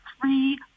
three